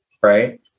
right